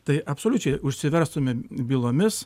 tai absoliučiai užsiverstume bylomis